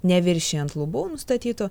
neviršijant lubų nustatytų